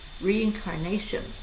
reincarnation